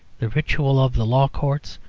the ritual of the law courts,